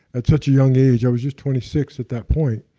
at such a young age? i was just twenty six at that point.